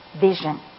vision